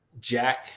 Jack